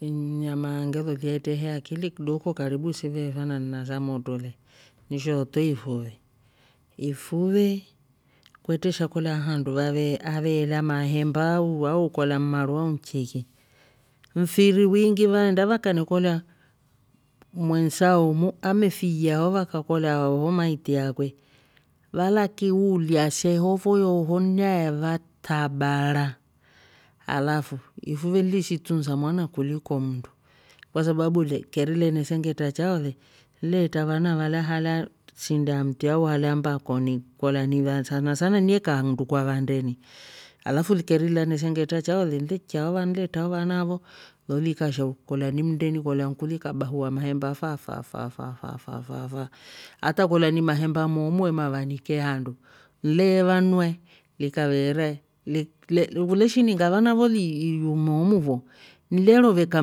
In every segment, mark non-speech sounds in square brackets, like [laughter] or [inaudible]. Imnyama ngelolia etre he akili kidoko karibu si verana na samotru le ni shooto ifuve. ifuve kwetre shakola handu ave- avela mahemba au- au nkolya ni maru au nchiki mfiri weengi veenda vakanekolya mwensao umu amefiiya ho vakakolya ho maiti yakwe valakiiulya se hofo oho naeva tabara, alafu! Ifuve leeshi itunsa mwana kuliko mndu kwa sababu le keri lenesengetra chao le leetra vana valya halya ksinde ya mtri au halya mbakoni kolya ni sana sana neeka nndu kwa vandeni, alaf li keri lane sengetra chao le chiao ovana letra o vana vo lo likasha oh kolya ni mndeni kolya nku lika bahua mahemba faa faa faa faa faa faa faa hata hata ni kolya ni mahema moomu e mavanike handu le vanua likaveera [hesitation] li- li leshiininga vana vo liliiiyumu umu fo leroveka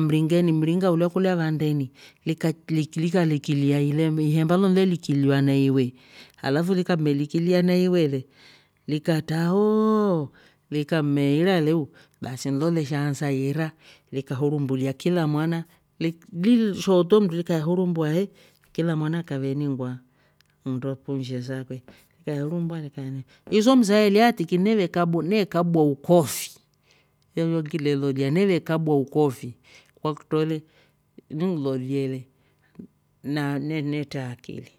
mringeni. mringa ulya kula vandeni likalikilya he, ihemba lo le likilwa na iwe alaf likamelikilwa na iwe le likatra oooooh likameeira leu basi nlol lesha ansa iira likahurumbulia kila mwana. lili shooto mndu likale hurumbua he kila mwana kaveiningwa nndo punjshe sakwe lika hurumbua likaininga uso msa eliyaaa tiki neve kabwa ne kabwa ukofi yoyo ngile lolya ne kabwa ukofi, kwakutro le ining'lolie le na- netre akili.